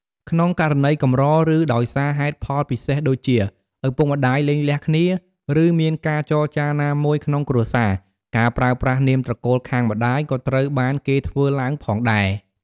ក្នុងករណីកម្រ ឬ ដោយសារហេតុផលពិសេសដូចជា ឱពុកម្ដាយលែងលះគ្នា ឬ មានការចចារណាមួយក្នុងគ្រួសារ ការប្រើប្រាស់នាមត្រកូលខាងម្តាយក៏ត្រូវបានគេធ្វើឡើងផងដែរ។